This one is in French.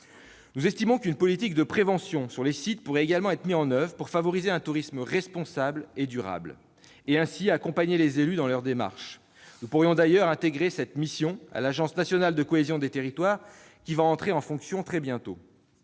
opportune. Une politique de prévention sur les sites pourrait également être mise en oeuvre pour favoriser un tourisme responsable et durable, et accompagner ainsi les élus dans leur démarche. Nous pourrions d'ailleurs intégrer cette mission à l'Agence nationale de cohésion des territoires, qui va entrer en fonction très bientôt.